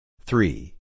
Three